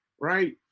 right